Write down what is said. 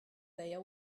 their